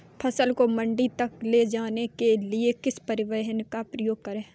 फसल को मंडी तक ले जाने के लिए किस परिवहन का उपयोग करें?